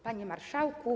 Panie Marszałku!